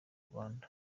rwanda